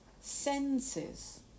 senses